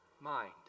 Mind